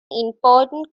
important